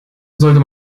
sollte